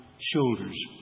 shoulders